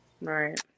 Right